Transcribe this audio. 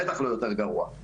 בטח לא יותר גרוע.